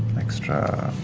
extra,